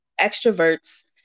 extroverts